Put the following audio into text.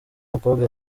umukobwa